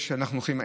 שאנחנו הולכים,